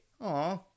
Aw